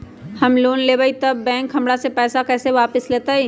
हम लोन लेलेबाई तब बैंक हमरा से पैसा कइसे वापिस लेतई?